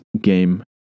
game